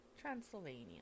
Transylvania